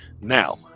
Now